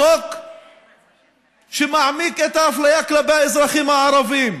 זה חוק שמעמיק את האפליה כלפי האזרחים הערבים,